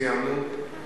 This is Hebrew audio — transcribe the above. סיימנו.